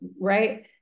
Right